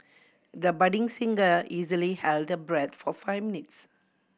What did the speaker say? the budding singer easily held her breath for five minutes